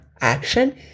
action